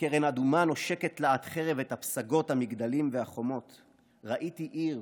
וקרן אדומה נושקת להט חרב את הפסגות המגדלים והחומות // ראיתי עיר